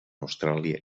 austràlia